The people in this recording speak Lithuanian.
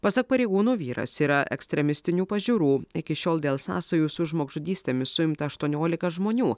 pasak pareigūnų vyras yra ekstremistinių pažiūrų iki šiol dėl sąsajų su žmogžudystėmis suimta aštuoniolika žmonių